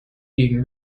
being